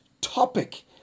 topic